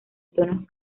tonos